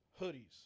hoodies